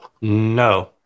no